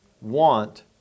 want